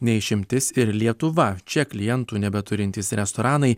ne išimtis ir lietuva čia klientų nebeturintys restoranai